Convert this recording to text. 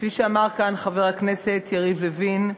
כפי שאמר כאן חבר הכנסת יריב לוין,